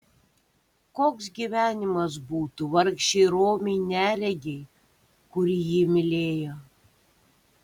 koks gyvenimas būtų vargšei romiai neregei kuri jį mylėjo